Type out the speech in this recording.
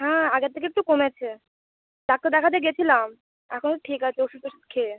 হ্যাঁ আগের থেকে একটু কমেছে ডাক্তার দেখাতে গেছিলাম এখন ঠিক আছে ওষুধ ফষুধ খেয়ে